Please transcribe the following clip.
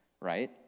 right